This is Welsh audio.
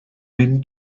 mynd